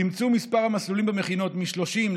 צמצום מספר המסלולים במכינות מ-30,